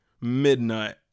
midnight